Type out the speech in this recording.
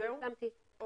השלמתי את הדברים.